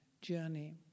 journey